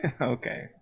Okay